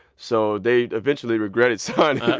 so they eventually regretted signing yeah